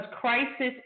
crisis